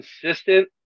consistent